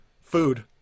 food